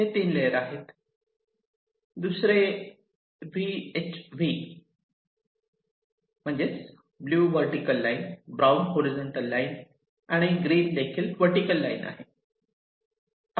हे 3 लेयर आहेत दुसरे VHV blue vertical line brown horizontal line green देखील वर्टीकल लाईन आहे